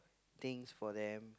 things for them